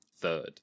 third